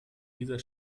dieser